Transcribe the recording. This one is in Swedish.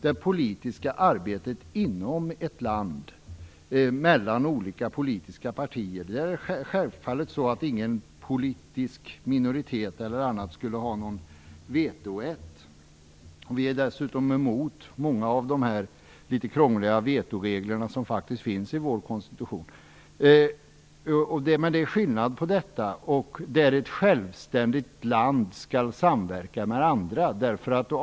Det är självklart att ingen politisk minoritet skall ha vetorätt i det politiska arbetet mellan olika politiska partier inom ett land. Vi är dessutom emot många av de litet krångliga vetoregler som faktiskt finns i vår konstitution. Det är skillnad mellan detta och en situation då ett självständigt land skall samverka med andra.